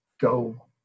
go